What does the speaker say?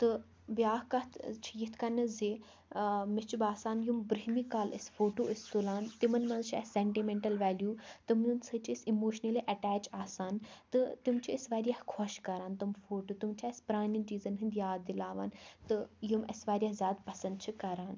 تہٕ بیٛاکھ کَتھ ٲں چھِ یِتھ کٕنۍ زِ ٲں مےٚ چھُ باسان یِم برٛونٛہمہِ کالہٕ أسۍ فوٗٹوٗ ٲسۍ تُلان تِمَن منٛز چھِ اسہِ سیٚنٹِمیٚنٛٹَل ویلیوٗ تِمَن سۭتۍ چھِ أسۍ اِموشنٔلی ایٚٹیچ آسان تہٕ تِم چھِ أسۍ واریاہ خۄش کَران تِم فوٗٹوٗ تِم چھِ اسہِ پرٛانیٚن چیٖزَن ہنٛدۍ یاد دِلاوان تہٕ یِم اسہِ واریاہ زیادٕ پَسنٛد چھِ کَران